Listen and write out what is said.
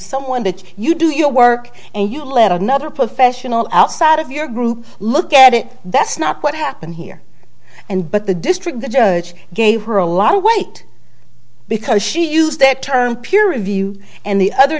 someone that you do your work and you let another professional outside of your group look at it that's not what happened here and but the district the judge gave her a lot of weight because she used that term peer review and the other